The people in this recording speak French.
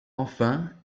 enfin